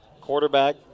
Quarterback